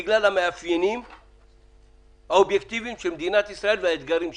בגלל המאפיינים האובייקטיביים של מדינת ישראל והאתגרים שלה?